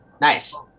nice